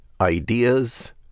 ideas